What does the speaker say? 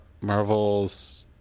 marvel's